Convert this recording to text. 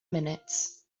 minutes